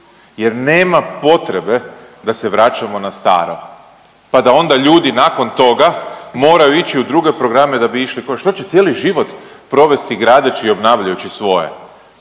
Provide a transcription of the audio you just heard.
jer nema potrebe da se vraćamo na staro, pa da onda ljudi nakon toga moraju ići u druge programe da bi išli…/Govornik se ne razumije/…, što će cijeli život provesti gradeći i obnavljajući svoje?